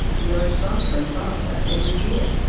and rose faster and faster every year,